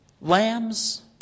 Lambs